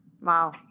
Wow